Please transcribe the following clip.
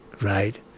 right